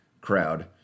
crowd